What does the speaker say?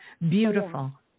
Beautiful